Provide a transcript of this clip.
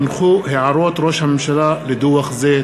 הונחו הערות ראש הממשלה לדוח זה.